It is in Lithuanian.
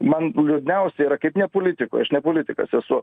man liūdniausia yra kaip nepolitikui aš ne politikas esu